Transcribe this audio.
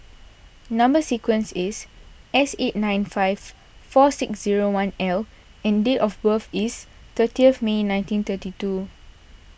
Number Sequence is S eight nine five four six zero one L and date of birth is thirtieth May nineteen thirty two